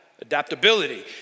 adaptability